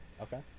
Okay